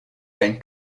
geen